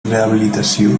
rehabilitació